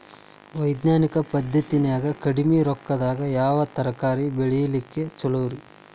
ವೈಜ್ಞಾನಿಕ ಪದ್ಧತಿನ್ಯಾಗ ಕಡಿಮಿ ರೊಕ್ಕದಾಗಾ ಯಾವ ತರಕಾರಿ ಬೆಳಿಲಿಕ್ಕ ಛಲೋರಿ?